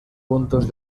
puntos